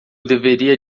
deveria